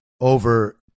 over